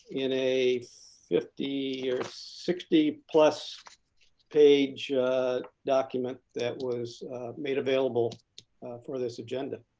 in a fifty or sixty plus page document that was made available for this agenda.